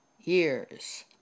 years